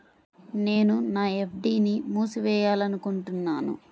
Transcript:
నేను నా ఎఫ్.డీ ని మూసివేయాలనుకుంటున్నాను